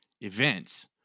events